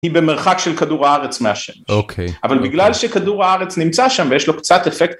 היא במרחק של כדור הארץ מהשמש. אבל בגלל שכדור הארץ נמצא שם ויש לו קצת אפקט...